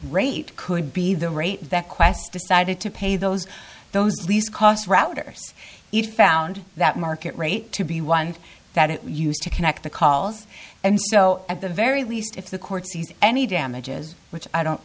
rate could be the rate that qwest decided to pay those those lease costs routers it found that market rate to be one that it used to connect the calls and so at the very least if the court sees any damages which i don't